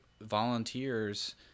volunteers